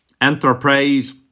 enterprise